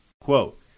quote